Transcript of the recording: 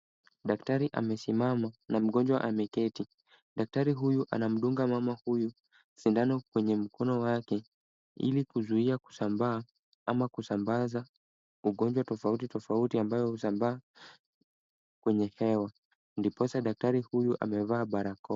Daktari amesimama na mgonjwa ameketi. Daktari huyu anamdunga mama huyu sindano kwenye mkono wake ili kuzuia kusambaa ama kusambaza ugonjwa tofauti tofauti ambao husambaa kwenye hewa, ndiposa daktari huyu amevaa barakoa.